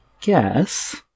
guess